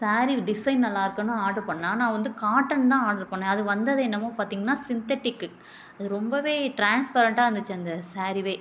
sari design நல்லா இருக்குன்னு order பண்ணிணா நான் வந்து காட்டன் தான் ஆர்டர் பண்ணேன் அது வந்தது என்னமோ பார்த்திங்கனா சின்த்தட்டிக்கு அது ரொம்ப ட்ரான்ஸ்பரன்ட்டாக இருந்துச்சு அந்த ஸாரியே